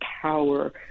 power